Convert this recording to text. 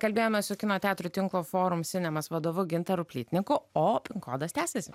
kalbėjome su kino teatrų tinklo forum sinemas vadovu gintaru plytniku o kodas tęsiasi